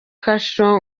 kasho